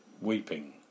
weeping